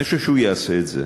אני חושב שהוא יעשה את זה,